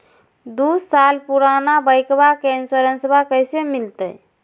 दू साल पुराना बाइकबा के इंसोरेंसबा कैसे मिलते?